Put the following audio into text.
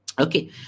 Okay